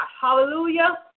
Hallelujah